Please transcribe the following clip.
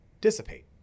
dissipate